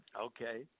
Okay